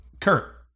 Kurt